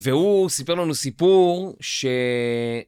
והוא סיפר לנו סיפור ש...